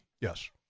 Yes